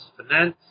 finance